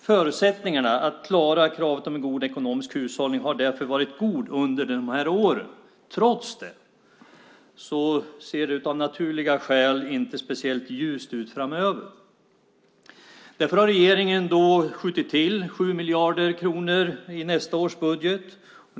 Förutsättningarna att klara kravet på en god ekonomisk hushållning har därför varit goda under de här åren. Trots detta ser det av naturliga skäl inte speciellt ljust ut framöver, och därför har regeringen skjutit till 7 miljarder i nästa års budget.